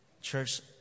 Church